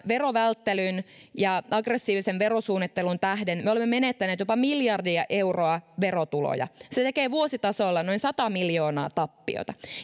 verovälttelyn ja aggressiivisen verosuunnittelun tähden jopa miljardi euroa verotuloja se tekee vuositasolla noin sata miljoonaa tappiota